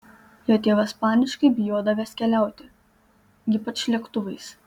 jo tėvas paniškai bijodavęs keliauti ypač lėktuvais